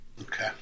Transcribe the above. Okay